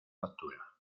factura